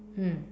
mm